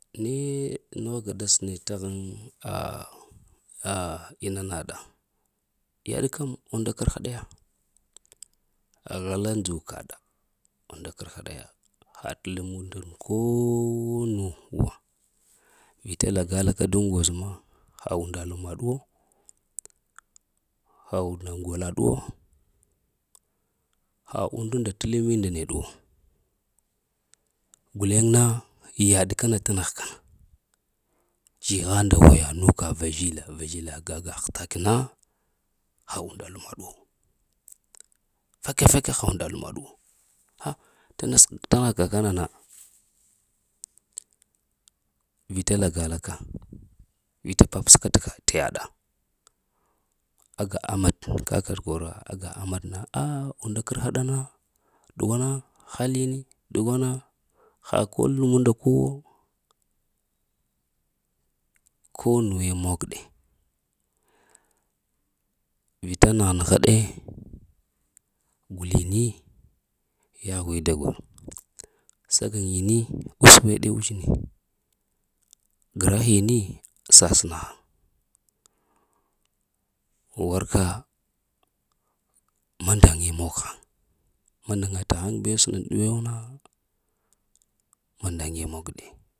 Ne nuwe ga t səne t haŋa ah ah ina naɗa, yaɗ kam unda kərha ɗaya. Halla nju kaɗa unda kərha ɗa yaɗa, haɗu lem nd kooh nu wo. Vita lagala ka ndaŋ goz na, ha unda lema ɗuwo ha unda ŋola ɗuwo, ha undu ndu t lemi nda ne ɗuwo. Guleŋ na yaɗ kana t nəghka. Zhiha ndawaya nuka vazhila, vazhila ga, ga hətak na. Ha unda lema ɗuwo, fake-fake ha unda lema ɗuwo ah t negh ka kana na, vita la gala ka, vita t papsa ka t yaɗa. Aga ahmad kake t koro, aga ahmad na a unda kərha ɗa na dughwana hahyini ɗugwana ha konuwu nda ko. Ko nuwe mog ɗe, vita na nəha de gulini ya ghwe da go, saga ŋi ni us weɗe uzine, gra hini sa sna haŋ. Warka mandaŋe muh haŋ. Mandaŋa t haŋe be sənəŋəɗ bew na manda ŋe mog ɗe.